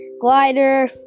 Glider